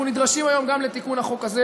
אנחנו נדרשים היום גם לתיקון החוק הזה,